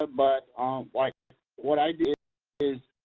ah but um like what i do is,